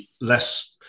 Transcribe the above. less